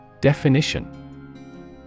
Definition